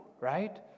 right